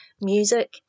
music